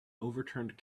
overturned